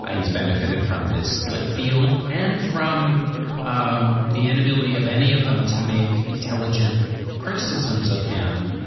ah he's benefited from this split field and from um the inability of any of them to make intelligent criticisms of him.